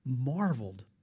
marveled